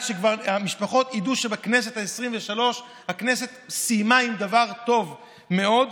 שהמשפחות כבר ידעו שהכנסת העשרים-ושלוש סיימה עם דבר טוב מאוד,